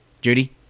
Judy